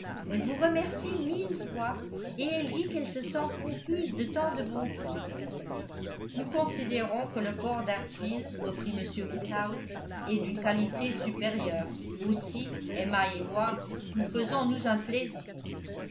elle vous remercie mille fois et elle dit qu'elle se sent confuse de tant de bonté nous considérons que le porc d'hartfield reprit m woodhouse est d'une qualité supérieure aussi emma et moi nous faisons-nous un plaisir